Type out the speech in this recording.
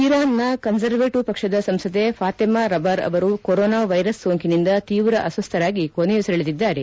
ಇರಾನ್ನ ಕನ್ನರ್ವೇಟಿವ್ ಪಕ್ಷದ ಸಂಸದೆ ಫಾತೆಮೆ ರಬಾರ್ ಅವರು ಕೊರೊನಾ ವೈರಸ್ ಸೋಂಕಿನಿಂದ ತೀವ್ರ ಅಸ್ತಸ್ಥರಾಗಿ ಕೊನೆಯುಸಿರೆಳಿದಿದ್ದಾರೆ